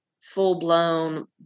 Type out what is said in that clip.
full-blown